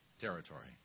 territory